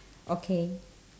okay